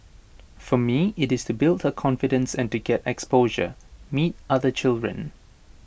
for me IT is to build her confidence and to get exposure meet other children